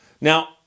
Now